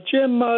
Jim